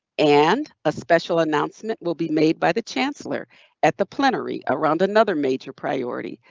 and a special announcement will be made by the chancellor at the plenary around another major priority.